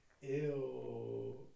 Ew